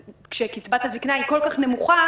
כשקצבת הזקנה היא כל כך נמוכה,